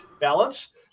balance